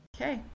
Okay